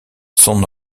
son